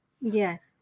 Yes